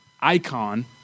icon